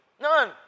None